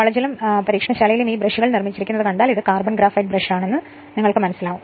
കോളേജിലും ലാബിൽ ഈ ബ്രഷുകൾ നിർമ്മിച്ചിരിക്കുന്നത് കണ്ടാൽ ഇത് കാർബൺ ഗ്രാഫൈറ്റ് ബ്രഷാണെന്ന് നിങ്ങൾക്ക് മനസ്സിലാകും